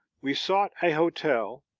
we sought a hotel,